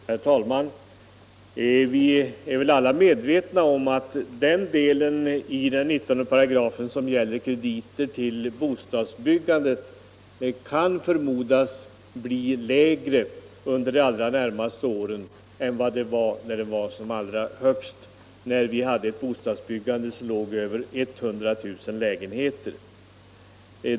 Herr talman! Vi är väl alla medvetna om att krediterna till bostadsbyggande kan förmodas bli mindre under de allra närmaste åren än vad de var när bostadsbyggandet var som allra störst, dvs. när vi hade ett bostadsbyggande på över 100 000 lägenheter.